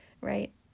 right